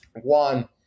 one